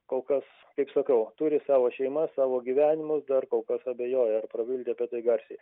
kol kas kaip sakau turi savo šeimas savo gyvenimus dar kol kas abejoja ar prabilti apie tai garsiai